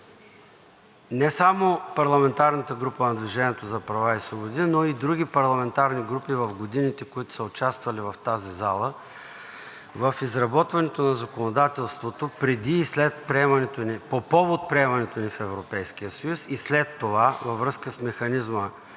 не само парламентарната група на „Движение за права и свободи“, но и други парламентарни групи в годините, които са участвали в тази зала в изработването на законодателството преди и по повод приемането ни в Европейския съюз и след това във връзка с механизма